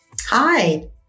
Hi